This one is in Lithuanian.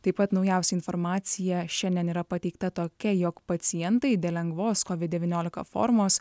taip pat naujausia informacija šiandien yra pateikta tokia jog pacientai dėl lengvos covid devyniolika formos